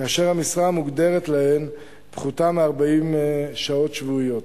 כאשר המשרה המוגדרת להן פחותה מ-40 שעות שבועיות.